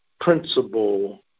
principle